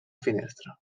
finestra